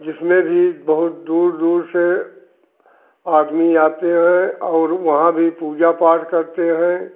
जिसमें भी बहुत दूर दूर से आदमी आते हैं और वहाँ भी पूजा पाठ करते हैं